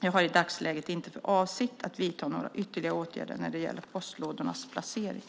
Jag har i dagsläget inte för avsikt att vidta några ytterligare åtgärder när det gäller postlådornas placering.